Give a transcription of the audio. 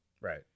Right